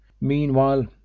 Meanwhile